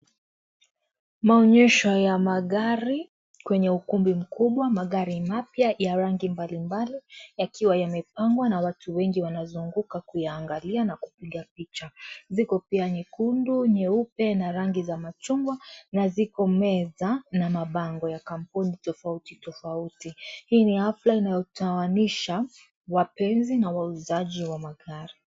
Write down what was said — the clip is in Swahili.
Maonyesho ya magari kwenye ukumbi mkubwa magari mapya ya rangi mbalimbali yakiwa yamepangwa na watu wengi wanazunguka kuyaangalia na kupiga picha. Ziko pia nyekundu , nyeupe na rangi za machungwa na ziko meza na mabango ya makampuni tofauti tofauti. Hii ni hafla inayotawanisha wapenzi na wauzaji wa magari.